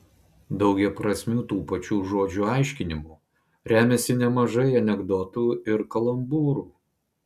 daugiaprasmiu tų pačių žodžių aiškinimu remiasi nemažai anekdotų ir kalambūrų